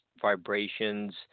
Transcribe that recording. vibrations